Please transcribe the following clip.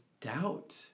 doubt